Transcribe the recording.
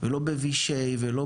ולא בוישיי, ולא